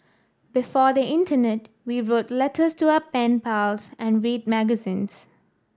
before the internet we wrote letters to our pen pals and read magazines